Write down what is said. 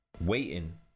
waiting